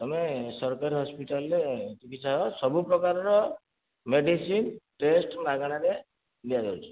ତମେ ସରକାର ହସ୍ପିଟାଲରେ ଚିକିତ୍ସା ହୁଅ ସବୁ ପ୍ରକାରର ମେଡ଼ିସିନ ଟେଷ୍ଟ ମାଗଣାରେ ଦିଆଯାଉଛି